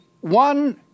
one